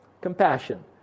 compassion